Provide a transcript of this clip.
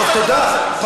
טוב, תודה.